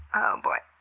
oh boy.